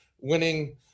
winning